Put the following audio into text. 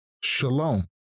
shalom